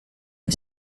que